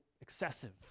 excessive